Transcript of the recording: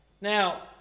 Now